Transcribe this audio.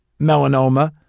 melanoma